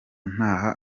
ntaha